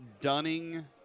Dunning